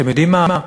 אתם יודעים מה,